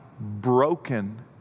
broken